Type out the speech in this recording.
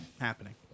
happening